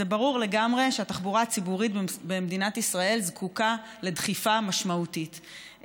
זה ברור לגמרי שהתחבורה הציבורית במדינת ישראל זקוקה לדחיפה משמעותית,